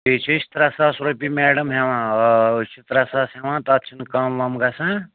بیٚیہِ چھِ أسۍ ترٛےٚ ساس رۄپیہِ میڈم ہٮ۪وان آ أسۍ چھِ ترٛےٚ ساس ہٮ۪وان تَتھ چھِنہٕ کَم وَم گژھان